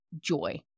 joy